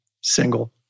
single